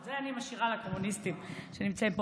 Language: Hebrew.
את זה אני משאירה לקומוניסטים שנמצאים פה.